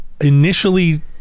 initially